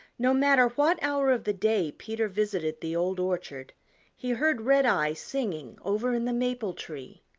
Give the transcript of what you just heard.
no matter what hour of the day peter visited the old orchard he heard redeye singing over in the maple-tree.